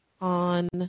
on